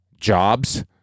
jobs